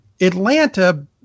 Atlanta